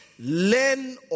Learn